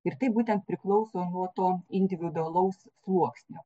ir tai būtent priklauso nuo to individualaus sluoksnio